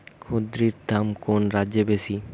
কুঁদরীর দাম কোন রাজ্যে বেশি?